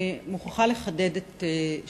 אני מוכרחה לחדד את שאלתי.